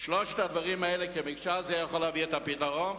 שלושת הדברים האלה כמקשה אחת יכולים לתת את הפתרון,